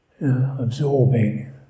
Absorbing